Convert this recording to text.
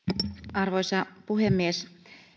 arvoisa puhemies